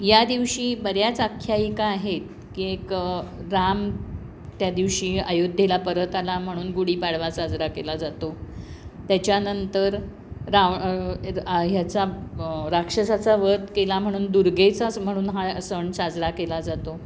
या दिवशी बऱ्याच आख्यायिका आहेत की एक राम त्या दिवशी अयोध्येला परत आला म्हणून गुढीपाडवा साजरा केला जातो त्याच्यानंतर राव रा ह्याचा राक्षसाचा वध केला म्हणून दुर्गेचाच म्हणून हा सण साजरा केला जातो